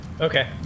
Okay